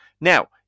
Now